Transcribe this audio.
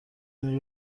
این